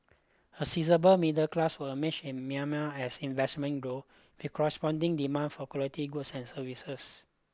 a seizable middle class will emerge in Myanmar as investment grow with corresponding demand for quality goods and services